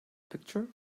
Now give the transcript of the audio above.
picture